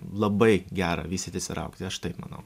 labai gera vystytis ir augti aš taip manau